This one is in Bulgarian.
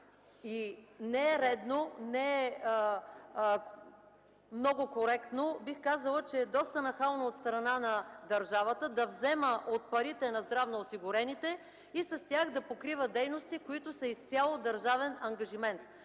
И не е редно, не е много коректно, бих казала, че е доста нахално от страна на държавата да взема от парите на здравноосигурените и с тях да покрива дейности, които са изцяло държавен ангажимент.